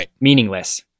meaningless